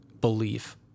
belief